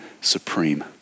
supreme